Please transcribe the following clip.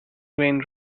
grain